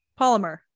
Polymer